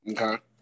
Okay